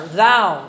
thou